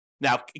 Now